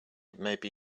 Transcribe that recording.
maybe